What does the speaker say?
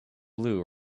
blue